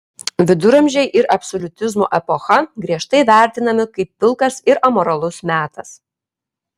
viduramžiai ir absoliutizmo epocha griežtai vertinami kaip pilkas ir amoralus metas